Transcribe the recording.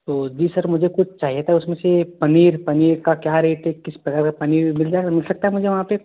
तो जी सर मुझे कुछ चाहिए था उसमें से पनीर पनीर का क्या रेट है किस तरह वह पनीर मिल जाएगा मिल सकता है मुझे वहाँ पर